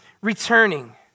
returning